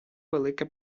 велике